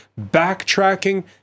backtracking